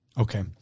Okay